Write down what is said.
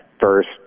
first